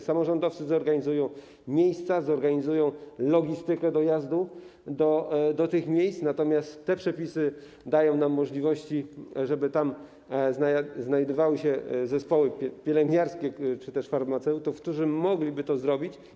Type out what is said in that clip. Samorządowcy zorganizują miejsca, zorganizują logistykę dojazdu do tych miejsc, natomiast te przepisy dają nam możliwości, żeby znajdowały się tam zespoły pielęgniarskie czy też farmaceutów, którzy mogliby to zrobić.